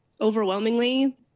overwhelmingly